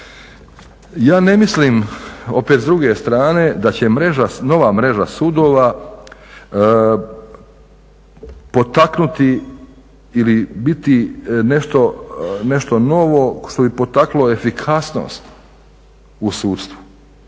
Ja ne mislim opet s druge strane da će nova mreža sudova potaknuti ili biti nešto novo što bi potaknulo efikasnost u sudstvu.